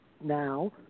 now